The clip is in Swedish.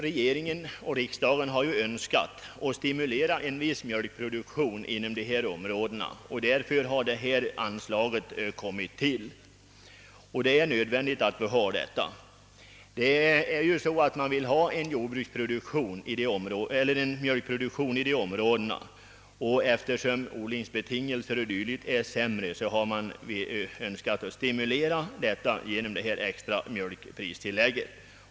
Regeringen och riksdagen har önskat stimulera till en viss mjölkproduktion i dessa områden, vilket är anledningen till att denna stödform kommit till. Man vill ha kvar mjölkproduktionen i dessa områden, och eftersom odlingsbetingelser och annat är sämre än på andra håll har man velat ge stimulans genom detta extra mjölkpristillägg.